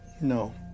no